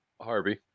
Harvey